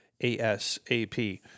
ASAP